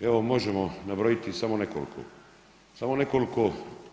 Evo možemo nabrojiti samo nekoliko, samo nekoliko